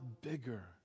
bigger